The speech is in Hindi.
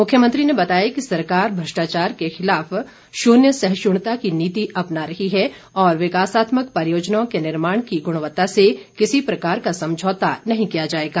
मुख्यमंत्री ने बताया कि सरकार भ्रष्टाचार के खिलाफ शून्य सहिष्णुता की नीति अपना रही है और विकासात्मक परियोजनाओं के निर्माण की गुणवत्ता से किसी प्रकार का समझौता नहीं किया जाएगा